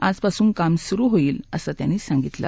आजपासून काम सुरु होईल असं त्यांनी सांगितलं